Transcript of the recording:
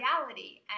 reality